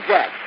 Jack